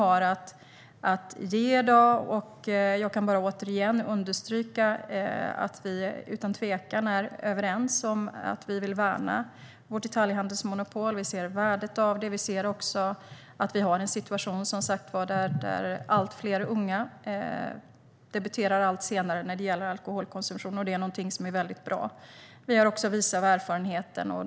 Återigen kan jag bara understryka att vi utan tvekan är överens om att vi vill värna vårt detaljhandelsmonopol. Vi ser värdet av det. Vi ser också att vi har en situation där allt fler unga debuterar allt senare när det gäller alkoholkonsumtion, och det är väldigt bra. Vi är visa av erfarenheten.